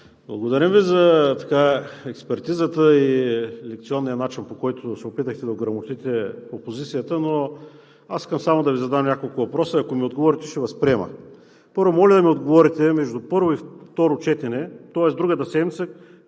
благодаря Ви за експертизата и лекционния начин, по който се опитахте да ограмотите опозицията, но аз искам само да Ви задам няколко въпроса. Ако ми отговорите, ще възприема. Първо, моля да ми отговорите: между първо и второ четене, тоест другата седмица,